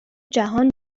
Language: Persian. جهان